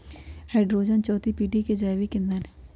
hydrogen चउथी पीढ़ी के जैविक ईंधन हई